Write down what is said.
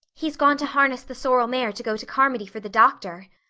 he's gone to harness the sorrel mare to go to carmody for the doctor,